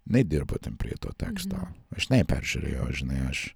nedirbo ten prie to teksto aš neperžiūrėjo žinai aš